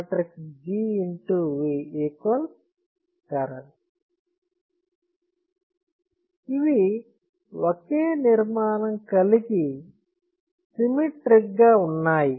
V I ఇవి ఒకే నిర్మాణం కలిగి సిమ్మెట్రీక్ గా ఉన్నాయి